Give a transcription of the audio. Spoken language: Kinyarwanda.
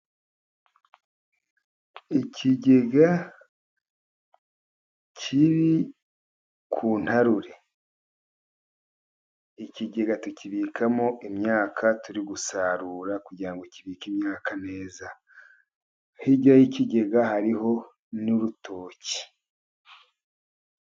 Ikigega kiri ku ntarure. Ikigega tukibikamo imyaka turi gusarura ngo kibike imyaka. Hirya y'ikigega hari n'urutoki.